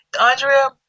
Andrea